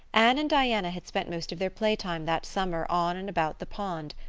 anne and diana had spent most of their playtime that summer on and about the pond.